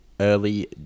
Early